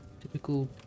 typical